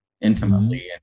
intimately